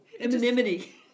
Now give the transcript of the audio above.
Anonymity